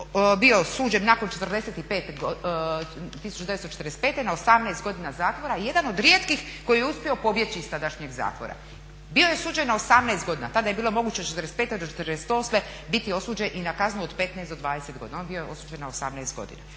bio suđen nakon 1945. na 18 godina zatvora, jedan od rijetkih koji je uspio pobjeći iz tadašnjeg zatvora. Bio je osuđen na 18 godina, tada je bilo moguće od '45. do '48. biti osuđen i na kaznu od 15 do 20 godina. On je bio osuđen na 18 godina.